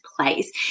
place